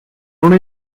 una